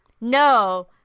No